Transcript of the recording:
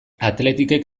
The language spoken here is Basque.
athleticek